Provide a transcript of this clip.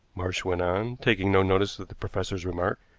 marsh went on, taking no notice of the professor's remark,